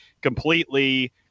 completely